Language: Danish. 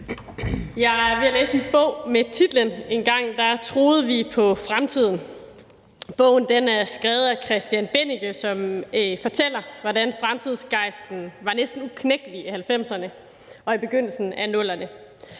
ved at læse en bog med titlen »Engang troede vi på fremtiden«. Bogen er skrevet af Christian Bennike, som fortæller, hvordan fremtidsgejsten var næsten uknækkelig i 1990'erne og i begyndelsen af 00'erne,